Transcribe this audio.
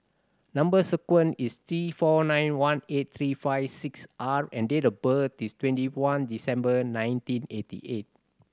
number sequence is T four nine one eight three five six R and date of birth is twenty one December nineteen eighty eight